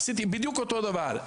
עשיתי בדיוק אותו דבר,